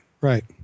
right